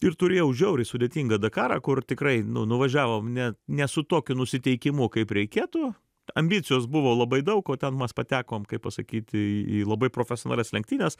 ir turėjau žiauriai sudėtingą dakarą kur tikrai nu nuvažiavom ne ne su tokiu nusiteikimu kaip reikėtų ambicijos buvo labai daug o ten mes patekome kaip pasakyti į labai profesionalias lenktynes